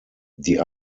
die